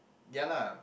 ya lah